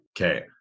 Okay